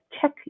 check